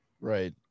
Right